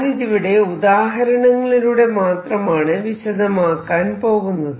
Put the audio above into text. ഞാനിതിവിടെ ഉദാഹരണങ്ങളിലൂടെ മാത്രമാണ് വിശദമാക്കാൻ പോകുന്നത്